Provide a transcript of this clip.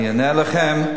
אני אענה לכם,